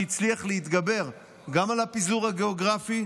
שהצליח להתגבר גם על הפיזור הגאוגרפי,